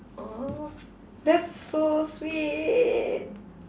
!aww! that's so sweet